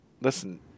listen